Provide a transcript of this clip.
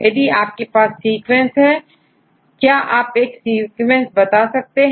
यदि आपके पास सीक्वेंस है क्या आप एक सीक्वेंस बता सकते हैं